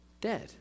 dead